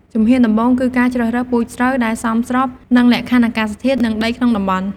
ជំហានដំបូងគឺ ការជ្រើសរើសពូជស្រូវ ដែលសមស្របនឹងលក្ខខណ្ឌអាកាសធាតុ និងដីក្នុងតំបន់។